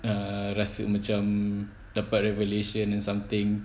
ah rasa macam dapat revelation in something